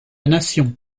nation